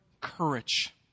courage